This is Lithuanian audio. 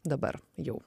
dabar jau